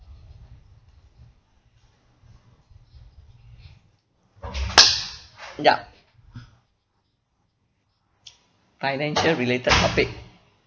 yup financial related topic